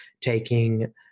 taking